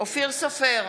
אופיר סופר,